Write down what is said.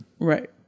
Right